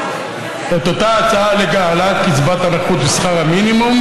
אותה הצעה להעלאת קצבת הנכות לשכר המינימום.